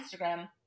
Instagram